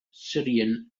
syrian